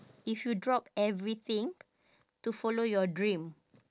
if you drop everything to follow your dream